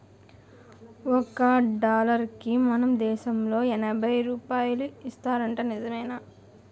ఒక డాలరుకి మన దేశంలో ఎనబై రూపాయలు ఇస్తారట నిజమేనా